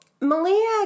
Malia